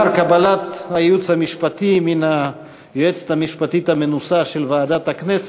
קבלת הייעוץ המשפטי מהיועצת המשפטית המנוסה של ועדת הכנסת,